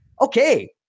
okay